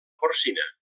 porcina